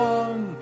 one